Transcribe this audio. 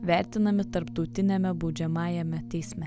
vertinami tarptautiniame baudžiamajame teisme